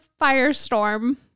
firestorm